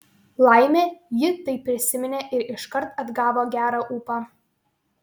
laimė ji tai prisiminė ir iškart atgavo gerą ūpą